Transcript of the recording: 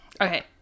Okay